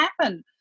happen